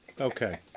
Okay